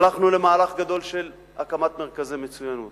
הלכנו למהלך גדול של הקמת מרכזי מצוינות.